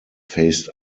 faced